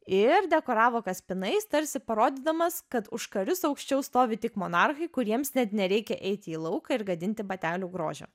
ir dekoravo kaspinais tarsi parodydamas kad už karius aukščiau stovi tik monarchai kuriems net nereikia eiti į lauką ir gadinti batelių grožio